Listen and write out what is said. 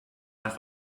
nach